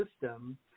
system